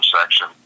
section